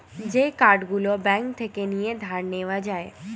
যে কার্ড গুলো ব্যাঙ্ক থেকে নিয়ে ধার নেওয়া যায়